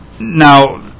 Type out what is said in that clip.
Now